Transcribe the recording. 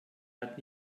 hat